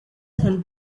and